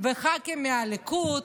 ומח"כים מהליכוד: